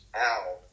Ow